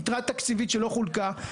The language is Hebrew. יתרה תקציבית שלא חולקה,